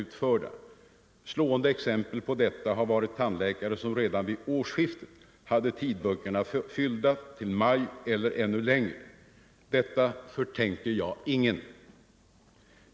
Ett slående exempel på detta är de tandläkare som redan vid årsskiftet hade tidböckerna fyllda till maj eller ännu längre. Detta förtänker jag ingen.